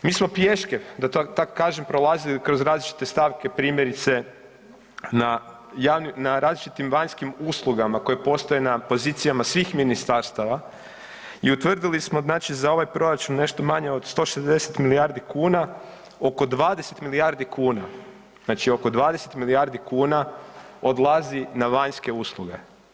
Mi smo pješke da tako kažem prolazili kroz različite stavke primjerice na različitim vanjskim uslugama koje postoje na pozicijama svih ministarstava i utvrdili smo znači za ovaj proračun nešto manje od 160 milijardi kuna oko 20 milijardi kuna, znači oko 20 milijardi kuna odlazi na vanjske usluge.